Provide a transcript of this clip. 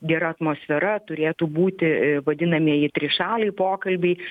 gera atmosfera turėtų būti vadinamieji trišaliai pokalbiai